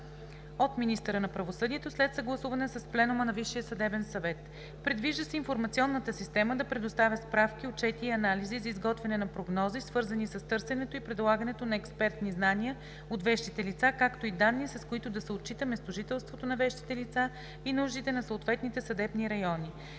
от министъра на правосъдието след съгласуване с Пленума на Висшия съдебен съвет. Предвижда се информационната система да предоставя справки, отчети и анализи за изготвяне на прогнози, свързани с търсенето и предлагането на експертни знания от вещите лица, както и данни, с които да се отчита местожителството на вещите лица и нуждите на съответните съдебни райони.